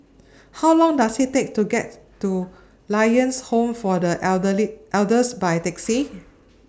How Long Does IT Take to get to Lions Home For The Elderly Elders By Taxi